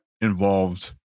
involved